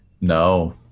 No